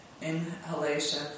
inhalation